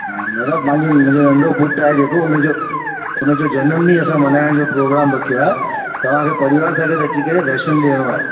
दादा मुंहिंजो नंढो पुटु आहे जेको हुनजो हुनजो जनम ॾींहुं असां मनायण जो प्रोग्राम रखियो आहे तव्हांखे परिवार सहित अची करे दर्शनु ॾियणो आहे